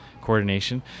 coordination